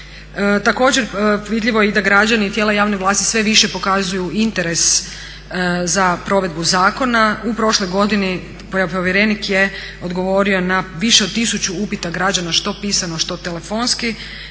Također vidljivo je i da građani i tijela javne vlasti sve više pokazuju interes za provedbu zakona, u prošloj godini povjerenik je odgovorio na više od tisuću upita građana što pisano, što telefonski